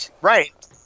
Right